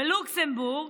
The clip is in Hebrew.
בלוקסמבורג,